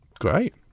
Great